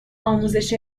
آموزش